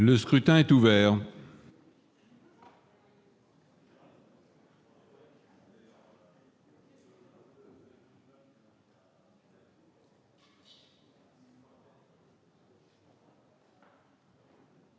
Le scrutin est ouvert.